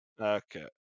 okay